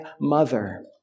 mother